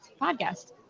podcast